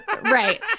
Right